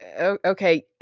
Okay